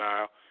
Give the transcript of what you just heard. Nile